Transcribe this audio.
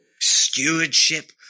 stewardship